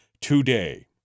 today